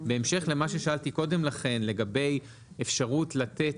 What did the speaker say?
בהמשך למה ששאלתי קודם לכן לגבי אפשרות לתת